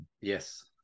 Yes